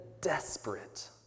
desperate